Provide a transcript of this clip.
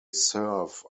serve